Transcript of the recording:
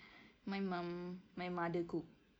my mum my mother cook